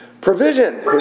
Provision